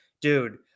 dude